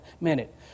minute